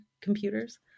computers